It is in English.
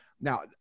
Now